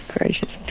gracious